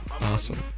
Awesome